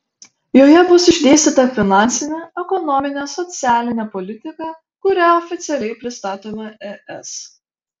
joje bus išdėstyta finansinė ekonominė socialinė politika kurią oficialiai pristatome es